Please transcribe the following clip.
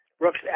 Brooks